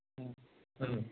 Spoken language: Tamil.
ம் ம்